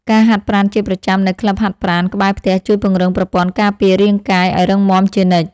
ការហាត់ប្រាណជាប្រចាំនៅក្លឹបហាត់ប្រាណក្បែរផ្ទះជួយពង្រឹងប្រព័ន្ធការពាររាងកាយឱ្យរឹងមាំជានិច្ច។